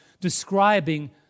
describing